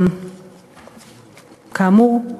כאמור,